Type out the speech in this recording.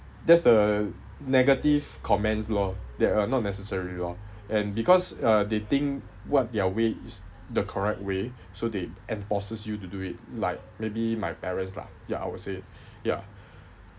that's the negative comments lor that are not necessarily long and because uh they think what their way is the correct way so they enforces you to do it like maybe my parents lah ya I would say ya